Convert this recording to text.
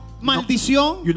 maldición